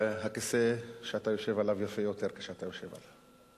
הכיסא שאתה יושב עליו יפה יותר כשאתה יושב עליו.